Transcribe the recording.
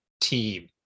team